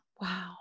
Wow